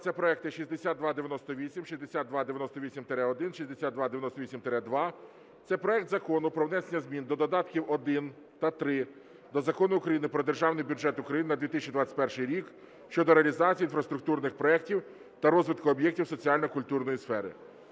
це проекти 6298, 6298-1, 6298-2. Це проект Закону про внесення змін до додатків 1 та 3 до Закону України "Про Державний бюджет України на 2021 рік" (щодо реалізації інфраструктурних проєктів та розвитку об'єктів соціально-культурної сфери).